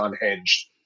unhinged